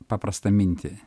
paprastą mintį